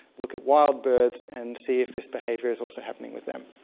look at wild birds and see if this behaviour is also happening with them.